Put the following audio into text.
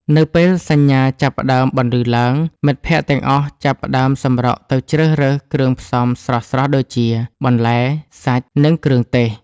នៅពេលសញ្ញាចាប់ផ្ដើមបន្លឺឡើង មិត្តភក្តិទាំងអស់ចាប់ផ្ដើមសម្រុកទៅជ្រើសរើសគ្រឿងផ្សំស្រស់ៗដូចជា បន្លែ សាច់ និងគ្រឿងទេស។